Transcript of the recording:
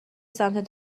سمت